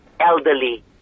elderly